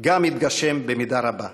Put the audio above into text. גם התגשם במידה רבה.